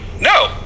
no